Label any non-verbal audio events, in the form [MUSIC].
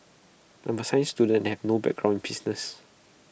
I'm A science student [UNINTELLIGIBLE] no background business